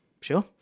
Sure